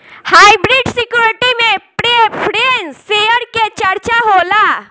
hybrid security में preference share के चर्चा होला